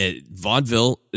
Vaudeville